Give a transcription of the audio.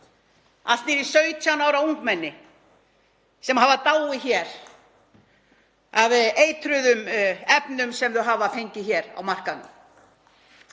niður í 17 ára ungmenni sem hafa dáið hér af eitruðum efnum sem þau hafa fengið hér á markaðnum.